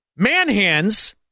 Manhands